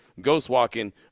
ghost-walking